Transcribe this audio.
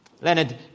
Leonard